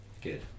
good